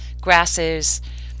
grasses